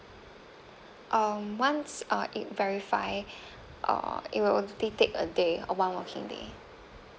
um once uh it verify uh it will only take a day or one working day